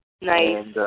Nice